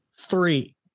three